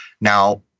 Now